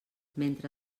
mentre